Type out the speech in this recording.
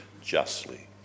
justly